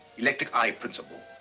electric eye principle.